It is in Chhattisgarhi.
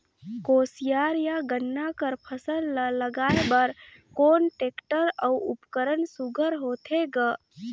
कोशियार या गन्ना कर फसल ल लगाय बर कोन टेक्टर अउ उपकरण सुघ्घर होथे ग?